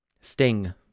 Sting